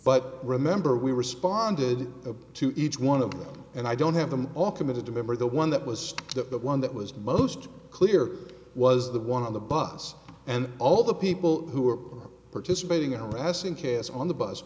but remember we responded to each one of them and i don't have them all committed to memory the one that was that the one that was most clear was the one on the bus and all the people who are participating in harassing kids on the bus